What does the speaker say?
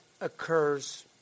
occurs